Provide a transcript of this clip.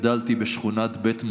וגדלתי בשכונת בית מזמיל,